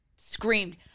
screamed